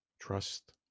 Trust